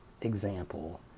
example